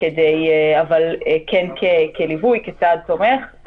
אבל כן כליווי וכצעד תומך.